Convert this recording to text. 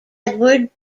edward